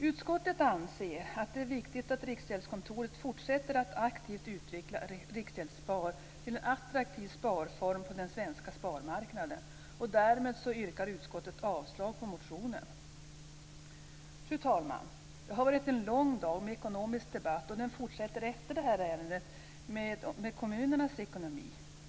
Utskottet anser att det är viktigt att Riksgäldskontoret fortsätter att aktivt utveckla Riksgäldsspar till en attraktiv sparform på den svenska sparmarknaden, och därmed yrkar utskottet avslag på motionen. Fru talman! Det har varit en lång dag med ekonomisk debatt, och den fortsätter efter detta ärende med ärendet om kommunernas ekonomi.